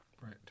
Right